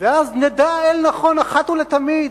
ואז נדע אל נכון, אחת ולתמיד,